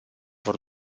vor